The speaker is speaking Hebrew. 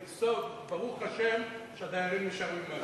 בסוף, ברוך השם שהדיירים נשארו עם משהו.